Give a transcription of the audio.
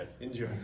Enjoy